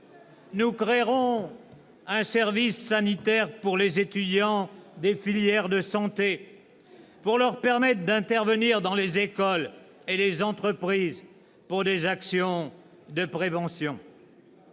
Nous créerons un service sanitaire pour les étudiants des filières de santé, afin de leur permettre d'intervenir dans les écoles et les entreprises pour des actions de prévention.